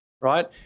right